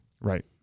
Right